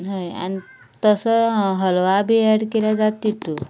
हय आनी तसो हलवा बी एड केल्या जाता तातूंत